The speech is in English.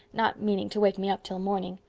not meaning to wake me up till morning.